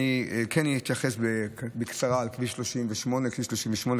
אני כן אתייחס בקצרה לכביש 38. כביש 38,